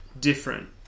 different